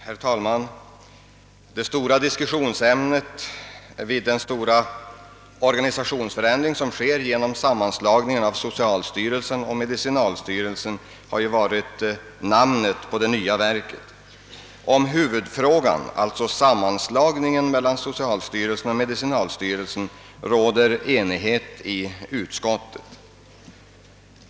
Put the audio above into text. Herr talman! Det stora diskussionsämnet vid den omfattande organisationsförändring som sker genom sammanslagningen av socialstyrelsen och medicinalstyrelsen har ju i dag varit namnet på det nya verket. Om huvudfrågan — alltså själva sammanslagningen — råder enighet i utskottet.